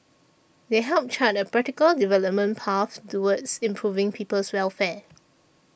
they help chart a practical development path towards improving people's welfare